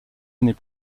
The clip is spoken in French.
années